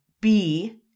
B-